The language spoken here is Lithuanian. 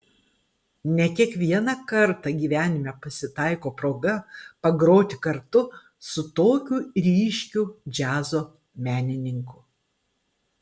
ne kiekvieną kartą gyvenime pasitaiko proga pagroti kartu su tokiu ryškiu džiazo menininku